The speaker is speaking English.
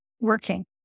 working